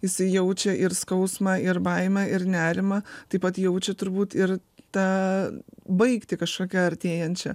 jisai jaučia ir skausmą ir baimę ir nerimą taip pat jaučia turbūt ir tą baigtį kažkokią artėjančią